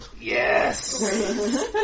Yes